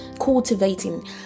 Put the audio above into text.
cultivating